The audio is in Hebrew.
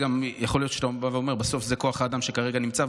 גם יכול להיות שאתה בא אומר: בסוף זה כוח האדם שכרגע נמצא,